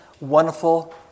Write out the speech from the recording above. wonderful